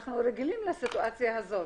אנחנו רגילים לסיטואציה הזאת.